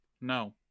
No